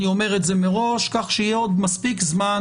אני אומר את זה מראש כך שיהיה עוד מספיק זמן